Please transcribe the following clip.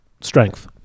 strength